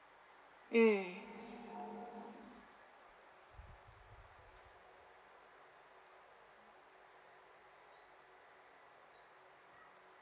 mm